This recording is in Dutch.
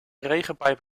regenpijp